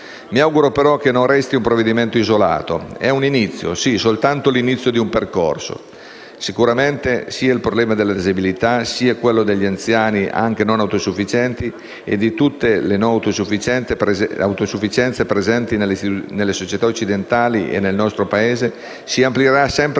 Mi auguro però che non resti un provvedimento isolato: è un inizio, sì soltanto l'inizio di un percorso. Sicuramente il problema della disabilità e quello degli anziani anche non autosufficienti e di tutte le non autosufficienze presenti nelle società occidentali e nel nostro Paese si amplierà sempre